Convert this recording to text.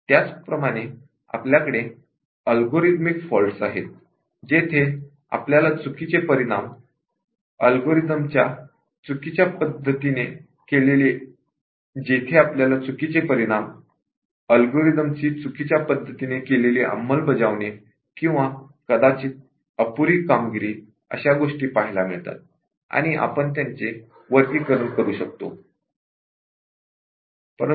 त्याचप्रकारे आपल्याकडे algorithmic faults आहेत जेथे आपल्याला चुकीचे परिणाम अल्गोरिदम ची चुकीच्या पद्धतीने केलीली अंमलबजावणी किंवा कदाचित अपुरी कामगिरी अशा गोष्टी पाहायला मिळतात आणि आपण त्याचे वर्गीकरण करू शकतो